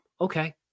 Okay